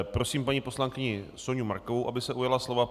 Prosím paní poslankyni Soňu Markovou, aby se ujala slova.